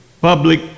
public